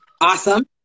awesome